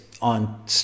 on